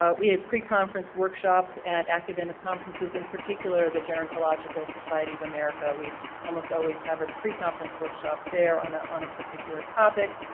ah we have pre-conference workshops at academic conferences in particular the gerontological society of america. we almost always have a pre-conference workshop there on ah a particular topic.